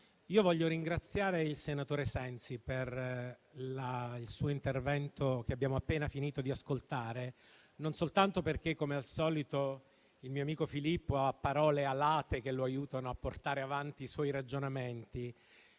voglio ringraziare il senatore Sensi per il suo intervento che abbiamo appena finito di ascoltare, e non soltanto perché, come al solito, il mio amico Filippo ha parole alate che lo aiutano a portare avanti i suoi ragionamenti,